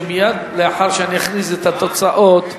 שמייד לאחר שאני אכריז את התוצאות,